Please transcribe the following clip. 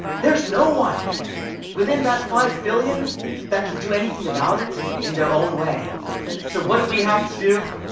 there's no one within that five billion that can do anything about it in their own way so what do we have to do?